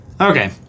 Okay